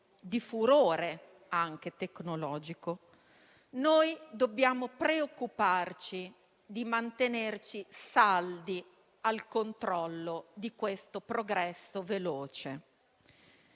di furore tecnologico, dobbiamo preoccuparci di mantenerci saldi al controllo di questo progresso veloce